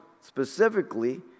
specifically